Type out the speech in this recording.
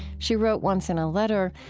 she wrote once in a letter,